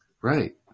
Right